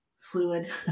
fluid